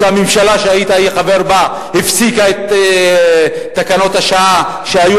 הממשלה שהיית חבר בה הפסיקה את תקנות השעה שהיו